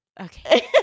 Okay